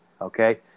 Okay